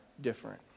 different